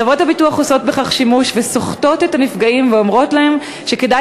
חברות הביטוח עושות בכך שימוש וסוחטות את הנפגעים ואומרות להם שכדאי